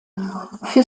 für